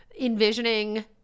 envisioning